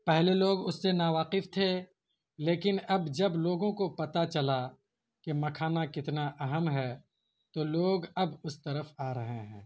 پہلے لوگ اس سے ناواقف تھے لیکن اب جب لوگوں کو پتہ چلا کہ مکھانا کتنا اہم ہے تو لوگ اب اس طرف آ رہے ہیں